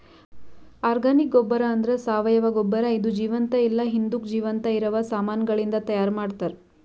organic ಗೊಬ್ಬರ ಅಂದ್ರ ಸಾವಯವ ಗೊಬ್ಬರ ಇದು ಜೀವಂತ ಇಲ್ಲ ಹಿಂದುಕ್ ಜೀವಂತ ಇರವ ಸಾಮಾನಗಳಿಂದ್ ತೈಯಾರ್ ಮಾಡ್ತರ್